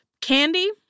candy